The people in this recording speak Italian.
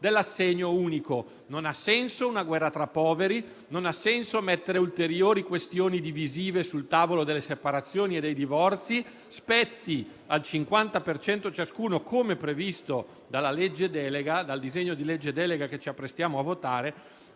dell'assegno unico. Non ha senso una guerra tra poveri; non ha senso mettere ulteriori questioni divisive sul tavolo delle separazioni e dei divorzi. Spetti a ciascuno il 50 per cento, come previsto dal disegno di legge delega che ci apprestiamo a votare,